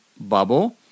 bubble